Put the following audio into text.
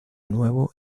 nuevo